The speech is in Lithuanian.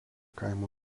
kaimo